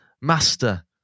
Master